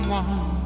one